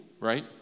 right